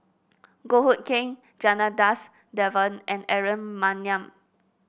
Goh Hood Keng Janadas Devan and Aaron Maniam